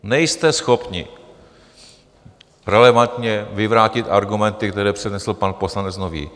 Nejste schopni relevantně vyvrátit argumenty, které přednesl pan poslanec Nový.